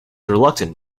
reluctant